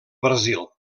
brasil